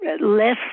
less